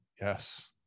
yes